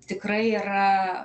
tikrai yra